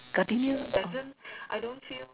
gardenia